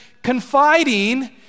confiding